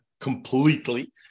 completely